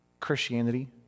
Christianity